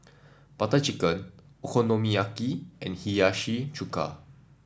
Butter Chicken Okonomiyaki and Hiyashi Chuka